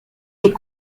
est